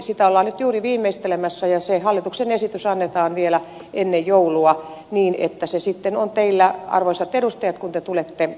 sitä lakia ollaan juuri nyt viimeistelemässä ja se hallituksen esitys annetaan vielä ennen joulua niin että se on sitten teillä arvoisat edustajat kun te tulette joulutauolta